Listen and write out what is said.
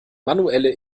manuelle